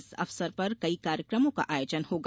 इस अवसर पर कई कार्यकमों का आयोजन होगा